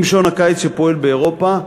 עם שעון הקיץ שפועל באירופה,